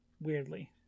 weirdly